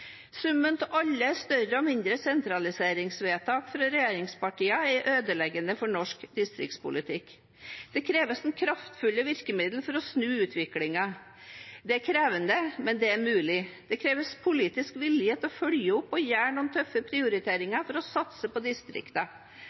Summen av alle større og mindre sentraliseringsvedtak fra regjeringspartiene er ødeleggende for norsk distriktspolitikk. Det kreves kraftfulle virkemidler for å snu utviklingen. Det er krevende, men det er mulig. Det kreves politisk vilje til å følge opp og gjøre noen tøffe prioriteringer for å satse på